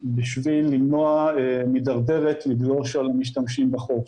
בשביל למנוע מדרדרת לגלוש על משתמשים בחוף.